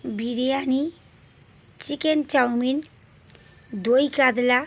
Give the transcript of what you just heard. biryani chicken chow mein দই কাতলা